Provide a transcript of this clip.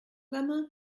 gamin